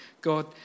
God